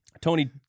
Tony